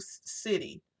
city